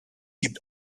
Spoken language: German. gibt